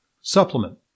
supplement